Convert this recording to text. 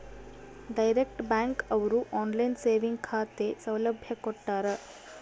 direct bank ಅವ್ರು online saving ಖಾತೆ ಸೌಲಭ್ಯ ಕೊಟ್ಟಾರ